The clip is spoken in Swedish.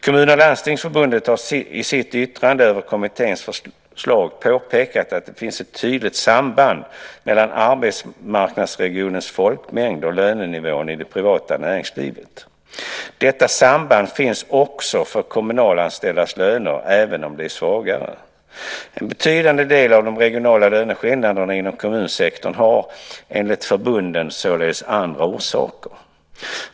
Kommunförbundet och Landstingsförbundet har i sitt yttrande över kommitténs förslag påpekat att det finns ett tydligt samband mellan arbetsmarknadsregionens folkmängd och lönenivån i det privata näringslivet. Detta samband finns också för kommunanställdas löner, även om det är svagare. En betydande del av de regionala löneskillnaderna inom kommunsektorn har, enligt förbunden, således andra orsaker.